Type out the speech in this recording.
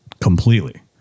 completely